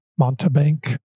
Montebank